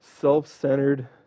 self-centered